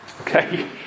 Okay